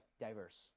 diverse